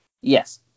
Yes